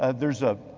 ah there's a